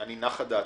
נחה דעתי.